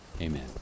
Amen